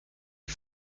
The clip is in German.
die